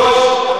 שלוש,